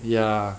ya